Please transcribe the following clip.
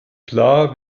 klar